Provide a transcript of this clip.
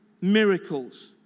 miracles